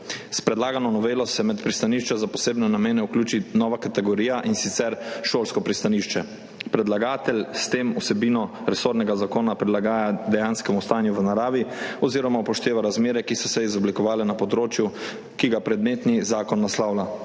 S predlagano novelo se med pristanišče za posebne namene vključi nova kategorija, in sicer šolsko pristanišče. Predlagatelj s tem vsebino resornega zakona prilagaja dejanskemu stanju v naravi oziroma upošteva razmere, ki so se izoblikovale na področju, ki ga naslavlja